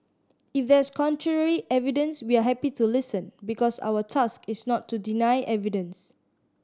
if there's contrary evidence we are happy to listen because our task is not to deny evidence